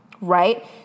Right